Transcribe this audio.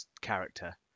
character